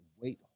wait